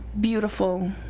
beautiful